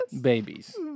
babies